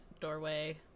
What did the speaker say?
doorway